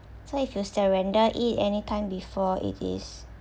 so if you surrender it anytime before it is